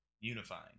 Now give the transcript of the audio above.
unifying